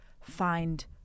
find